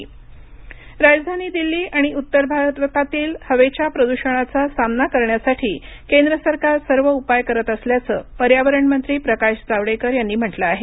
प्रकाश जावडेकर राजधानी दिल्ली आणि उत्तर भारतातील हवेच्या प्रदूषणाचा सामना करण्यासाठी केंद्र सरकार सर्व उपाय करत असल्याचं पर्यावरण मंत्री प्रकाश जावडेकर यांनी म्हटलं आहे